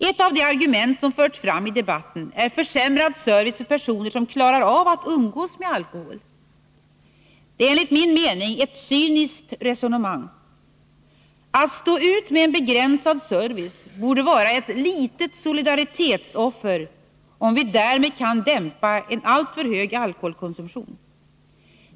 Ett av de argument som förts fram i debatten är försämrad service för personer som klarar av att umgås med alkohol. Det är enligt min mening ett cyniskt resonemang. Att stå ut med en begränsad service borde vara ett litet solidaritetsoffer om vi därmed kan dämpa en alltför hög alkoholkonsumtion.